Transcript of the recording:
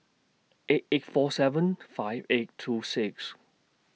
eight eight four seven five eight two six